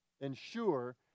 ensure